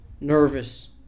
nervous